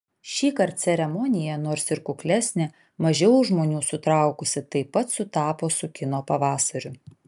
šįkart ceremonija nors ir kuklesnė mažiau žmonių sutraukusi taip pat sutapo su kino pavasariu